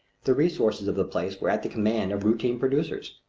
the resources of the place were at the command of routine producers.